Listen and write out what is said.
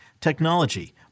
technology